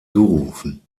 gerufen